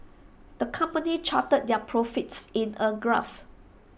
the company charted their profits in A graph